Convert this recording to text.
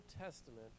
Testament